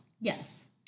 Yes